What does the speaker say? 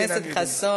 חבר הכנסת חסון?